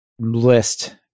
list